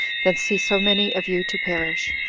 than see so many of you to perish,